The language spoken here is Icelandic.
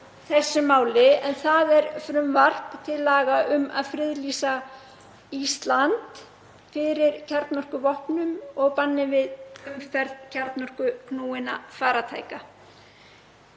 þessu máli, en það er frumvarp til laga um að friðlýsa Ísland fyrir kjarnorkuvopnum og bann við umferð kjarnorkuknúinna farartækja.